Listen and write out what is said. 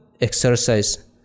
Exercise